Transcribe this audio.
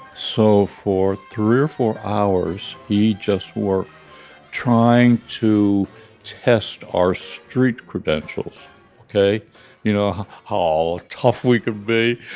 so for three or four hours he just were trying to test our street credentials ok you know how tough we could be.